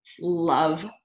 love